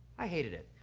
i hated it